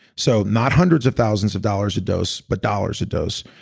so not hundreds of thousands of dollars a dose but dollars a dose.